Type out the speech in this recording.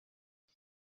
این